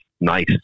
nice